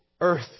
earth